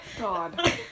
God